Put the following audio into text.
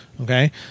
Okay